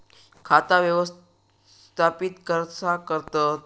खाता व्यवस्थापित कसा करतत?